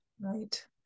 right